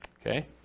Okay